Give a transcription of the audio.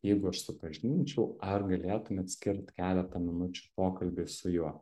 jeigu aš supažindinčiau ar galėtumėt skirt keletą minučių pokalbiui su juo